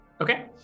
Okay